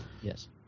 Yes